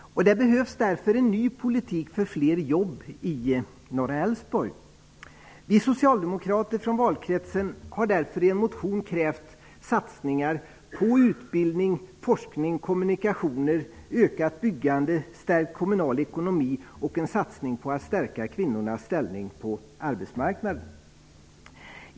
Det behövs därför en ny politik för fler jobb till norra Älvsborg. Vi socialdemokrater från valkretsen har därför i en motion krävt satsningar på utbildning, forskning, kommunikationer, ökat byggande, stärkt kommunal ekonomi och en satsning på att stärka kvinnornas ställning på arbetsmarknaden.